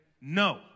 no